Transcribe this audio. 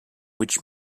which